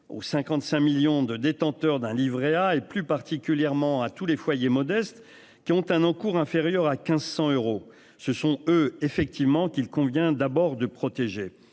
aux 55 millions de détenteurs d'un Livret A et plus particulièrement à tous les foyers modestes qui ont un encours inférieur à 1500 euros. Ce sont eux, effectivement, qu'il convient d'abord de protéger